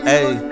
Hey